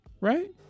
right